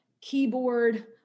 keyboard